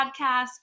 Podcast